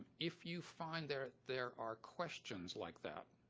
if you find there there are questions like that,